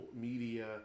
media